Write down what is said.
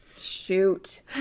shoot